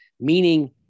meaning